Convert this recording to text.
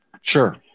Sure